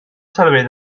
servei